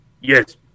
Yes